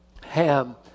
Ham